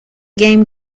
game